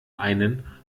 einen